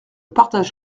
partage